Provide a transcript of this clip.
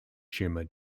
tumour